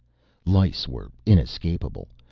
lice were inescapable,